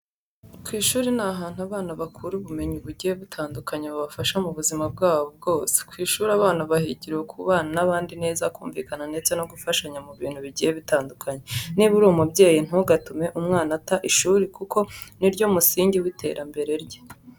Ku ishuri ni ahantu abana bakura ubumenyi bugiye butandukanye bubafasha mu buzima bwabo bwose. Ku ishuri abana bahigira kubana n'abandi neza, kumvira ndetse no gufashanya mu bintu bigiye bitandukanye. Niba uri umubyeyi ntugatume umwana ata ishuri kuko ni ryo musingi w'iterambere rye.